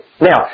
Now